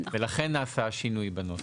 ולכן נעשה שינוי בנושא.